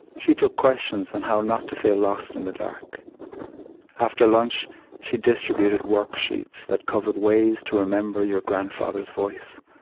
she took questions on how not to feel lost in the dark after lunch she distributed worksheets that covered ways to remember your grandfather's voice.